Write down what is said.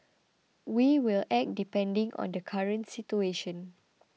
we will act depending on the current situation